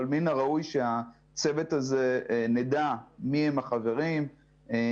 אבל מן הראוי שנדע מיהם החברים בצוות הזה,